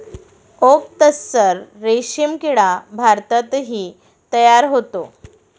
okay तस्सर रेशीम किडा भारतातही तयार होतो